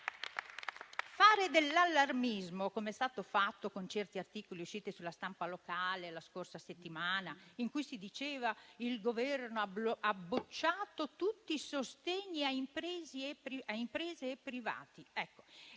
Fare allarmismo (com'è stato fatto con certi articoli usciti sulla stampa locale la scorsa settimana, in cui si diceva che il Governo ha bocciato tutti i sostegni a imprese e privati)